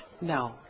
No